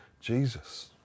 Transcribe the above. Jesus